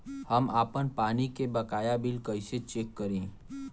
हम आपन पानी के बकाया बिल कईसे चेक करी?